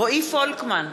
רועי פולקמן,